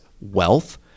wealth